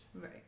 Right